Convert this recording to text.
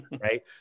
Right